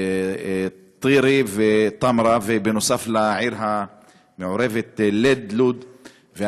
טירה וטמרה, ובנוסף, בעיר המעורבת ליד-לוד.